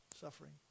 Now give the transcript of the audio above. suffering